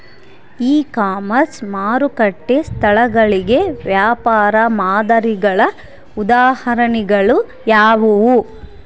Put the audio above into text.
E commerce ಮಾರುಕಟ್ಟೆ ಸ್ಥಳಗಳಿಗೆ ವ್ಯಾಪಾರ ಮಾದರಿಗಳ ಉದಾಹರಣೆಗಳು ಯಾವುವು?